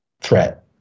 threat